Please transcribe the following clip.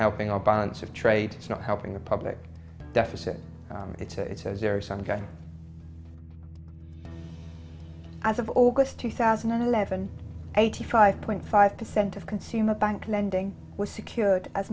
helping our balance of trade it's not helping the public deficit it's as there are some guys as of august two thousand and eleven eighty five point five percent of consumer bank lending was secured as